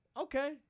okay